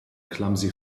clumsy